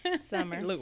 summer